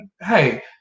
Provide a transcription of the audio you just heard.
hey